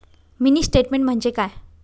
Mini statement म्हणजे काय?